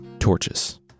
torches